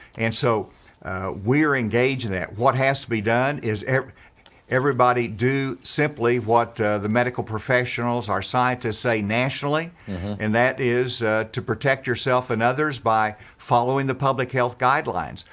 and so we're engaging in that. what has to be done is everybody do simply what the medical professionals, our scientists say nationally and that is to protect yourself and others by following the public health guidelines.